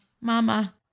mama